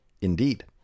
Indeed